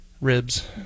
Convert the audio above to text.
ribs